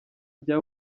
rya